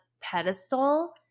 pedestal